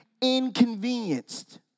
inconvenienced